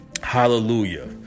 Hallelujah